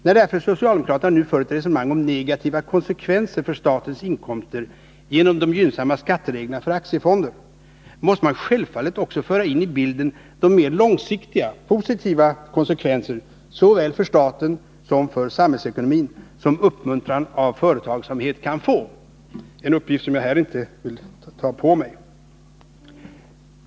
När därför socialdemokraterna nu för ett resonemang om negativa konsekvenser för statens inkomster genom de gynnsamma skattereglerna för aktiefonder måste man självfallet också föra in i bilden de mera långsiktiga positiva konsekvenser såväl för staten som för samhällsekonomin som uppmuntran av företagsamhet kan få — en uppgift som jag inte här vill ta på mig.